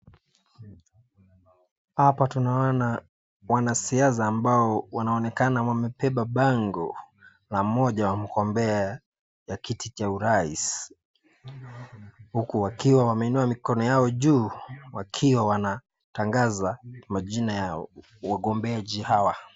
Hapa tunaona wanasiasa ambao wanaonekana wamebeba bango la mmoja wa mgombea ya kiti cha urais, huku wakiwa wameinua mikono yao juu wakiwa wanatangaza majina ya wagombeaji hawa.